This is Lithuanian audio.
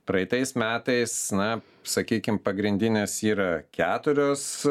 praeitais metais na sakykim pagrindinės yra keturios